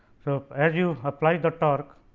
so, as you apply the torque,